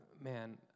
man